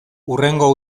hurrengo